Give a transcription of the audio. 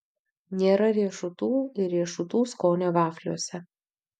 nėra riešutų ir riešutų skonio vafliuose